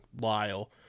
Lyle